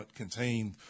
contained